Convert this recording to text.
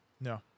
No